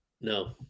No